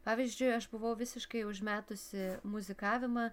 pavyzdžiui aš buvau visiškai užmetusi muzikavimą